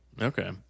Okay